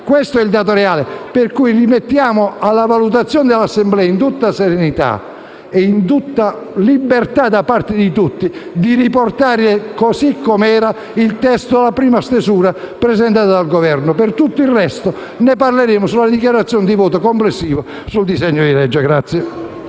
Questo è il dato reale. Per cui, rimettiamo alla valutazione dell'Assemblea in tutta serenità e libertà la possibilità di riportare il testo alla prima stesura presentata dal Governo. Per tutto il resto ne parleremo nella dichiarazione di voto complessiva sul disegno di legge.